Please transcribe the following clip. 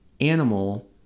animal